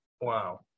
Wow